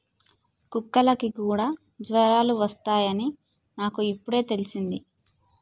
కుక్కలకి కూడా జ్వరాలు వస్తాయ్ అని నాకు ఇప్పుడే తెల్సింది